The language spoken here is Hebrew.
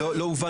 לא,